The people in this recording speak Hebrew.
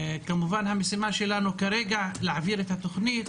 המשימה שלנו כרגע היא להעביר את התוכנית,